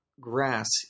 grass